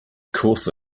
course